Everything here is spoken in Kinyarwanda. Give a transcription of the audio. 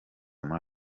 muri